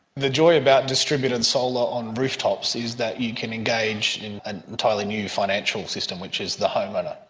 the joy about distributed solar on rooftops is that you can engage in an entirely new financial system, which is the homeowner.